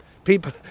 people